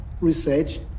research